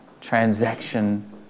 transaction